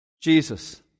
Jesus